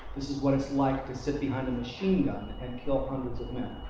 this is what it's like to sit behind a machine gun and kill hundreds of men.